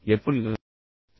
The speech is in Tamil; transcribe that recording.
எப்படி செய்யப்போகிறீர்கள்